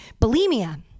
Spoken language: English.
bulimia